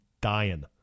dying